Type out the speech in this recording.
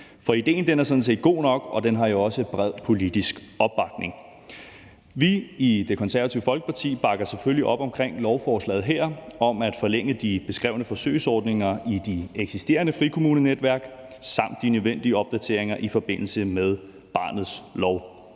For idéen er sådan set god nok, og den har jo også bred politisk opbakning. Vi i Det Konservative Folkeparti bakker selvfølgelig op om lovforslaget her om at forlænge de beskrevne forsøgsordninger i de eksisterende frikommunenetværk samt de nødvendige opdateringer i forbindelse med barnets lov.